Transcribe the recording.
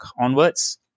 onwards